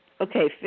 Okay